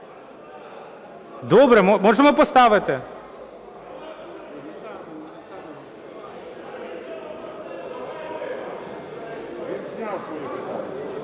Добре. Можемо поставити.